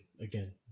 again